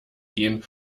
gehen